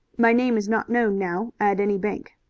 my name is not known now at any bank.